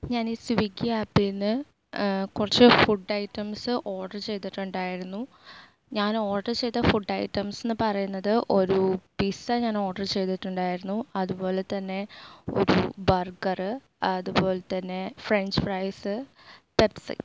ഞാനി സ്വിവിക്കി ആപ്പിന്ന് കുറച്ച് ഫുഡ് ഐറ്റംസ് ഓർഡറ് ചെയ്തിട്ടുണ്ടായിരുന്നു ഞാൻ ഓർഡറ് ചെയ്ത ഫുഡ് ഐറ്റംസ് എന്നുപറയുന്നത് ഒരു പിസ ഞാൻ ഓർഡറ് ചെയ്തിട്ടുണ്ടായിരുന്നു അതുപോലെ തന്നെ ഒരു ബർഗറ് അതുപോലെ തന്നെ ഫ്രഞ്ച് ഫ്രെയ്സ് പെപ്സി